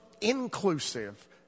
inclusive